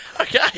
Okay